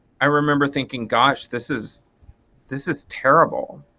i remember thinking gosh this is this is terrible.